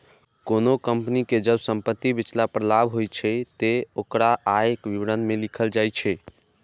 कोनों कंपनी कें जब संपत्ति बेचला पर लाभ होइ छै, ते ओकरा आय विवरण मे लिखल जाइ छै